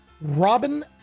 Robin